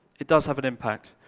it does have an impact.